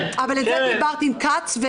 אבל על זה דיברת עם כץ,